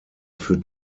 für